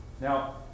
Now